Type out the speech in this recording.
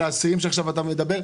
על אסירים שאתה מדבר.